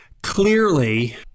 Clearly